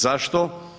Zašto?